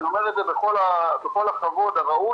אני אומר את זה בכל הכבוד הראוי,